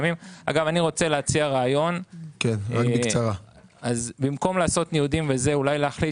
אני רוצה להציע רעיון: במקום לעשות ניודים אולי להחליט